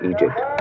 Egypt